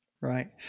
Right